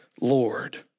Lord